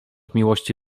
miłości